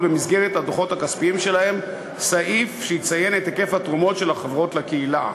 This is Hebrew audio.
במסגרת הדוחות הכספיים שלהן סעיף שיציין את היקף התרומות של החברות לקהילה.